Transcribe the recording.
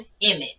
image